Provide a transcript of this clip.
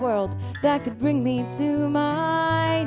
world that could bring me to my